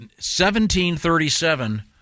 1737